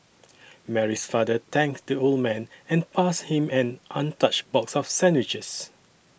Mary's father thanked the old man and passed him an untouched box of sandwiches